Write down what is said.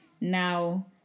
Now